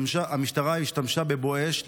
המשטרה השתמשה בבואש,